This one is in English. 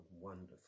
wonderful